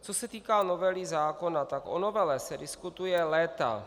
Co se týká novely zákona, tak o novele se diskutuje léta.